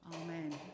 Amen